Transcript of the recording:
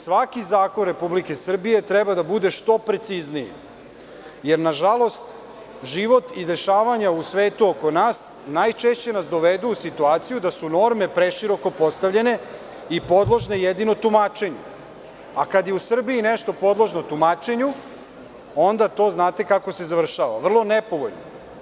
Svaki zakon Republike Srbije treba da bude što precizniji, jer nažalost, život i dešavanja u svetu oko nas najčešće dovedu u situaciju da su norme preširoko postavljene i podložne jedino tumačenju, a kada je u Srbiji nešto podložno tumačenju, onda to znate kako se završava – vrlo nepovoljno.